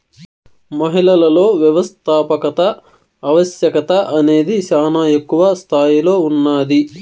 మహిళలలో వ్యవస్థాపకత ఆవశ్యకత అనేది శానా ఎక్కువ స్తాయిలో ఉన్నాది